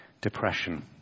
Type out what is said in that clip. depression